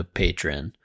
patron